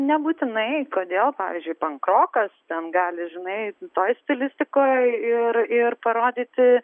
nebūtinai kodėl pavyzdžiui pankrokas ten gali žinai toj stilistikoj ir ir parodyti